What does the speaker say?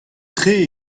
tre